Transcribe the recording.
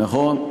נכון.